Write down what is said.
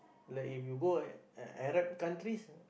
like if you go on Arab countries